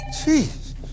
Jeez